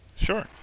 Sure